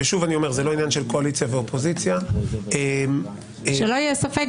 ושוב אני אומר שזה לא עניין של קואליציה ואופוזיציה -- שלא יהיה ספק,